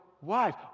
wife